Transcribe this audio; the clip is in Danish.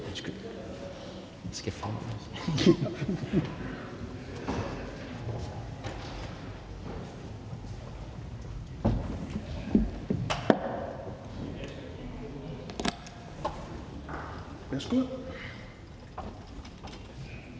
Det her skulle